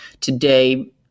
today